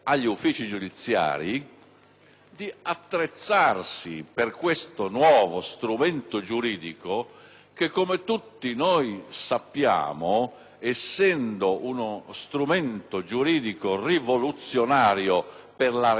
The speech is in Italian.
di attrezzarsi rispetto a questo nuovo strumento giuridico che, come tutti sappiamo, essendo uno strumento giuridico rivoluzionario per la realtà del nostro Paese,